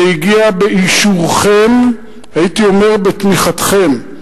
זה הגיעו באישורכם, והייתי אומר בתמיכתם.